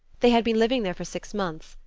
they had been living there for six months,